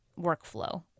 workflow